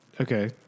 Okay